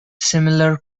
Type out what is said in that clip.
similar